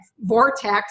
vortex